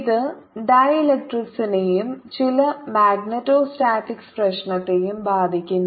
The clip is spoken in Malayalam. ഇത് ഡീലക്ട്രിക്സിനെയും ചില മാഗ്നെറ്റോസ്റ്റാറ്റിക്സ് പ്രശ്നത്തെയും ബാധിക്കുന്നു